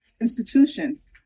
institutions